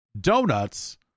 donuts